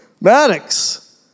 Maddox